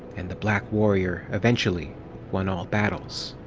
and the black warrior eventually won all battles.